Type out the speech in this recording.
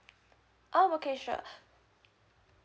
oh okay sure